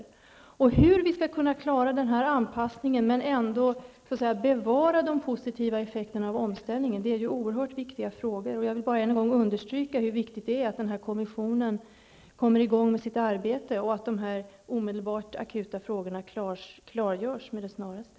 Det är en oerhört viktig fråga hur vi skall kunna klara anpassningen, samtidigt som de positiva effekterna av omställningen bevaras. Jag vill bara än en gång understryka angelägenheten av att kommissionen kommer i gång med sitt arbete och att de omedelbart akuta frågorna klargörs med det snaraste.